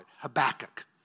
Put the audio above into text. Habakkuk